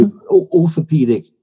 orthopedic